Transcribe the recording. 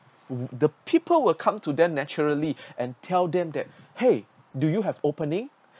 the people will come to them naturally and tell them that !hey! do you have opening